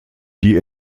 die